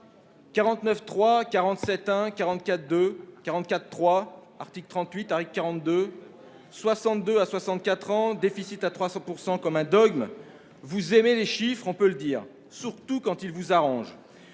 44.3, ... 53-10 !... article 38, article 42, 62 à 64 ans, déficit à 3 % présenté comme un dogme. Vous aimez les chiffres, on peut le dire, surtout quand ils vous arrangent.